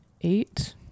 eight